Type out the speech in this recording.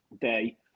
day